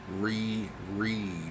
re-read